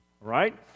Right